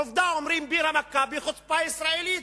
עובדה, אומרים: בירה "מכבי", חוצפה ישראלית.